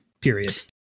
period